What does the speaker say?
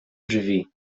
drzwi